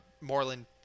Moreland